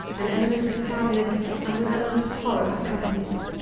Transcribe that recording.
an element of sadness and an element of horror accompany it.